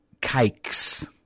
cakes